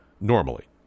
normally